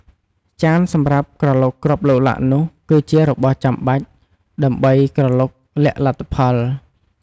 ចានសម្រាប់ក្រឡុកគ្រាប់ឡុកឡាក់នោះ គឺជារបស់ចាំបាច់ដើម្បីក្រឡុកលាក់លទ្ធផល។